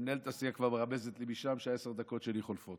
ומנהלת הסיעה כבר מרמזת לי משם שעשר הדקות שלי חולפות,